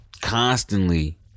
constantly